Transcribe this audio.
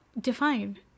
Define